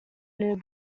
new